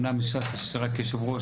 אומנם לש"ס יש רק יושב-ראש,